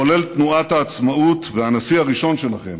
מחולל תנועת העצמאות והנשיא הראשון שלכם,